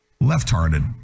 left-hearted